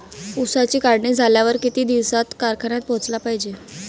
ऊसाची काढणी झाल्यावर किती दिवसात कारखान्यात पोहोचला पायजे?